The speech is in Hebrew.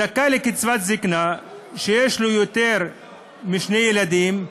זכאי לקצבת זיקנה שיש לו יותר משני ילדים,